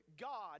God